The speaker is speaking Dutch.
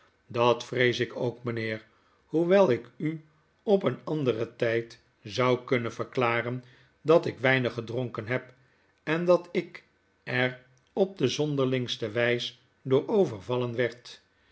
dat vrees ik ook mijnheer hoewelik uop een anderen tijd zou kunnenverklaren dat ik weinig gedronken heb en dat ik er op de zonderlingste wijs door overvallen werd